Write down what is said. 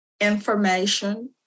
information